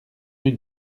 rue